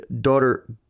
Daughter